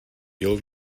ile